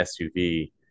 SUV